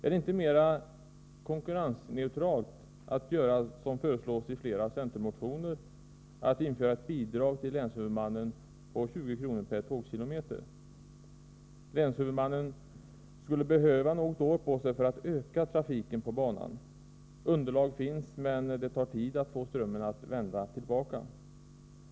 Är det inte mer konkurrensneutralt att göra som föreslås i flera centermotioner, att införa ett bidrag till länshuvudmannen på 20 kr. per tågkilometer? Länshuvudmannen skulle behöva få något år på sig för att öka trafiken på banan. Underlag finns, men det tar tid att få strömmen att vända tillbaka.